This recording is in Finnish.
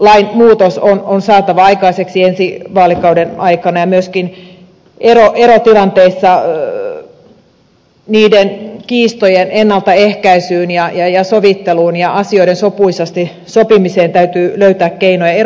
isyyslain muutos on saatava aikaiseksi ensi vaalikauden aikana ja myöskin erotilanteissa kiistojen ennaltaehkäisyyn ja sovitteluun ja asioiden sopuisasti sopimiseen täytyy löytää keinoja